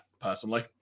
personally